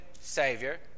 Savior